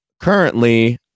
currently